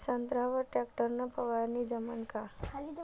संत्र्यावर वर टॅक्टर न फवारनी चांगली जमन का?